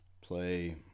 play